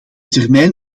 termijn